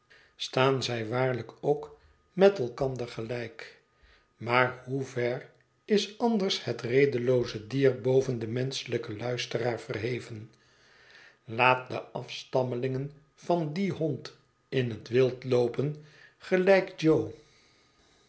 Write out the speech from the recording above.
staan zij waarschijnlijk ook met elkander gelijk maar hoever is anders het redelooze dier boven den menschelijken luisteraar verheven laat de afstammelingen van dien hond in het wild loopen gelijk jo